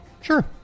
Sure